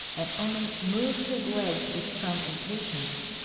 and only moved his legs with some impatience.